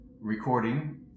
recording